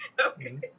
Okay